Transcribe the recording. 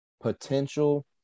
potential